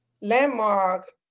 Landmark